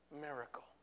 miracle